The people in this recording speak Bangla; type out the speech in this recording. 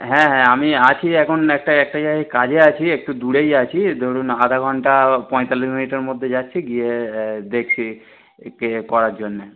হ্যাঁ হ্যাঁ আমি আছি এখন একটা একটা জায়গায় কাজে আছি একটু দূরেই আছি ধরুন আধা ঘন্টা পঁয়তাল্লিশ মিনিটের মধ্যে যাচ্ছি গিয়ে দেখছি কি করার জন্যে